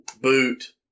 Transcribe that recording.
boot